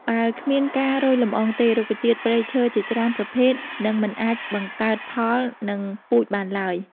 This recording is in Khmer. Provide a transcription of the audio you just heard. បើគ្មានការរោយលំអងទេ រុក្ខជាតិព្រៃឈើជាច្រើនប្រភេទនឹងមិនអាចបង្កើតផល និងពូជបានឡើយ។